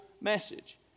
message